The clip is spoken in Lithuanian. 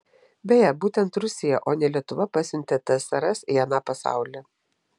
beje būtent rusija o ne lietuva pasiuntė tsrs į aną pasaulį